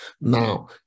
Now